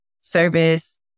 service